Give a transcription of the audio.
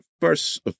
first